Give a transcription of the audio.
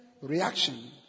reaction